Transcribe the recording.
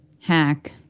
hack